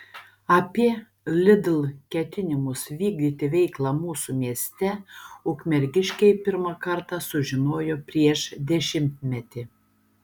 apie lidl ketinimus vykdyti veiklą mūsų mieste ukmergiškiai pirmą kartą sužinojo prieš dešimtmetį